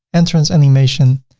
entrance animation,